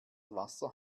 wasser